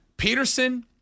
Peterson